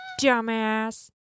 Dumbass